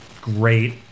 great